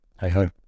hey-ho